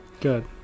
Good